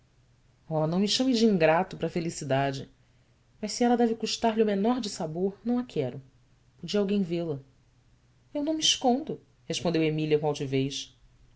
oh não me chame de ingrato para a felicidade mas se ela deve custar-lhe o menor dissabor não a quero podia alguém vê-la u não me escondo respondeu emília com